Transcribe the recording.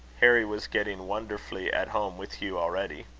harry was getting wonderfully at home with hugh already.